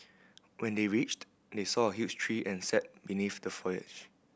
when they reached they saw a huge tree and sat beneath the foliage